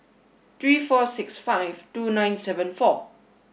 three four six five two nine seven four